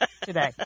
today